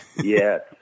Yes